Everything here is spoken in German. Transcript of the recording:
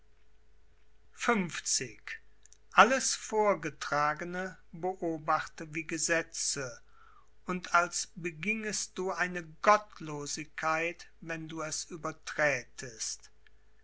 alles vorgetragene beobachte wie gesetze und als begiengest du eine gottlosigkeit wenn du es überträtest